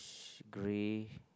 grey